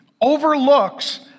overlooks